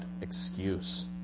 excuse